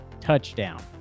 touchdown